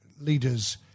leaders